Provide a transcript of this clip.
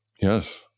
yes